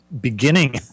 beginning